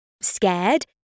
Scared